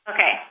Okay